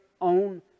own